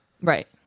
right